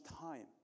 time